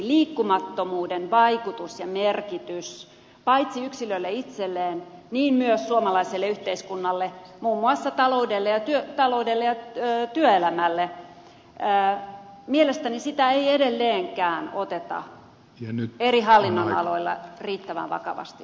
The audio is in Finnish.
liikkumattomuuden vaikutusta ja merkitystä paitsi yksilölle itselleen niin myös suomalaiselle yhteiskunnalle muun muassa taloudelle ja työelämälle mielestäni ei edelleenkään oteta eri hallinnonaloilla riittävän vakavasti huomioon